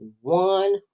one